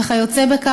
וכיוצא בזה,